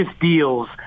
deals